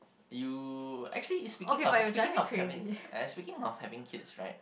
you actually speaking of speaking of having as speaking of kids right